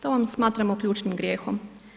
To vam smatramo ključnim grijehom.